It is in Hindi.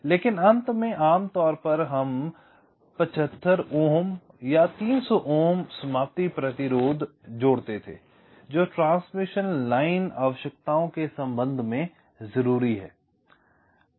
तो अंत में आमतौर पर 75 ओम या 300 ओम समाप्ति प्रतिरोध जुड़ा हुआ था जो ट्रांसमिशन लाइन आवश्यकताओं के संबंध में आवश्यक है